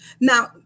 Now